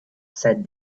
said